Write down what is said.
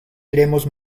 iremos